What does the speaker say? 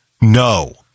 No